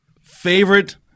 Favorite